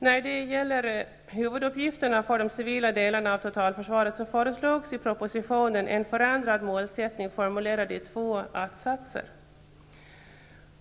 När det gäller huvuduppgifterna för de civila delarna av totalförsvaret föreslogs i propositionen en förändrad målsättning formulerad i två attsatser.